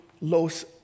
Los